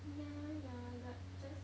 yeah yeah but just